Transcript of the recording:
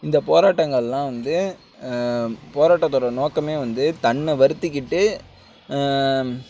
இந்த போராட்டங்களெலாம் வந்து போராட்டத்தோட நோக்கமே வந்து தன்னை வருத்திக்கிட்டு